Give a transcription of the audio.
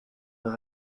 leur